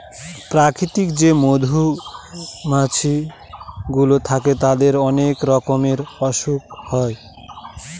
প্রাকৃতিক যে মধুমাছি গুলো থাকে তাদের অনেক রকমের অসুখ হয়